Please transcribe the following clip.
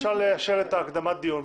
אפשר לאשר את הקדמת הדיון,